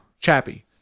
chappy